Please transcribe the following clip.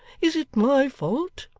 is it my fault